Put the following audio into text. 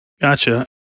Gotcha